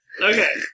Okay